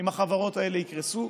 אם החברות האלה יקרסו,